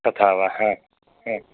तथा वा